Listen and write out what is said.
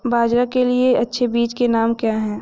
बाजरा के लिए अच्छे बीजों के नाम क्या हैं?